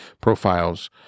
profiles